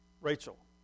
Rachel